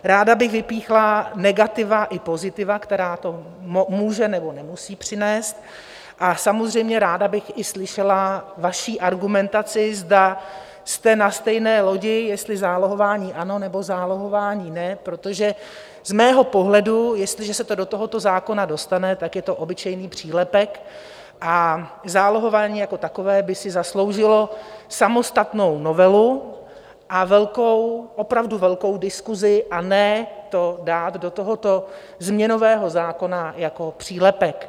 Ráda bych vypíchla negativa i pozitiva, která to může nebo nemusí přinést, a samozřejmě ráda bych i slyšela vaši argumentaci, zda jste na stejné lodi, jestli zálohování ano nebo zálohování ne, protože z mého pohledu, jestliže se to do tohoto zákona dostane, tak je to obyčejný přílepek, a zálohování jako takové by si zasloužilo samostatnou novelu a velkou, opravdu velkou diskusi, a ne to dát do tohoto změnového zákona jako přílepek.